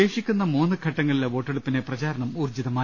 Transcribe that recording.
ശേഷിക്കുന്ന മൂന്നുഘട്ടങ്ങളിലെ വോട്ടെടുപ്പിന് പ്രചാരണം ഊർജ്ജി തമായി